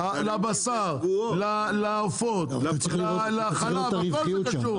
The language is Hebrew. לבשר, לעופות, לחלב, להכל זה קשור.